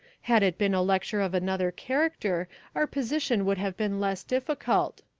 had it been a lecture of another character our position would have been less difficult,